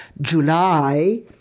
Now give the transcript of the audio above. July